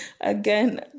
again